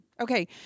Okay